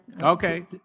Okay